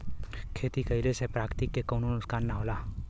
खेती कइले से प्रकृति के कउनो नुकसान ना होला